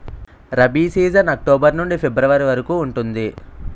rabi season October నుండి February వరకు ఉంటుంది